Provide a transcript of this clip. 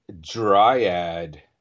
Dryad